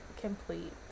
complete